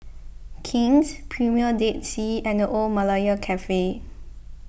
King's Premier Dead Sea and the Old Malaya Cafe